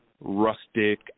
rustic